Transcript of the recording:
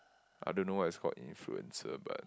I don't know what it's called influenza but